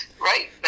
Right